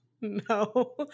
no